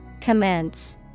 Commence